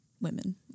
women